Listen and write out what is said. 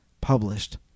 published